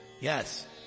Yes